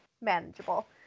manageable